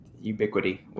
ubiquity